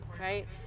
right